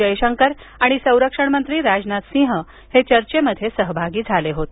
जयशंकर आणि संरक्षण मंत्री राजनाथ सिंह हे चर्चेत सहभागी झाले होते